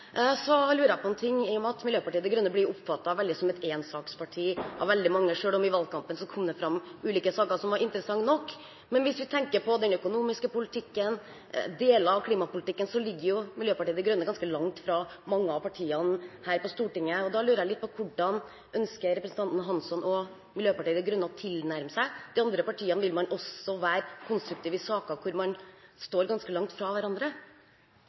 Så er det noe jeg lurer på. Miljøpartiet De Grønne blir i veldig stor grad oppfattet som et énsaksparti av veldig mange, selv om det i valgkampen kom fram ulike saker som var interessante nok. Men hvis vi tenker på den økonomiske politikken og deler av klimapolitikken, ligger jo Miljøpartiet De Grønne ganske langt fra mange av partiene her på Stortinget. Da lurer jeg på: Hvordan ønsker representanten Hansson og Miljøpartiet De Grønne å tilnærme seg de andre partiene? Vil man også være konstruktive i saker hvor man står ganske langt fra hverandre?